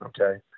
okay